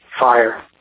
fire